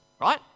right